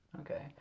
okay